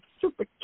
Super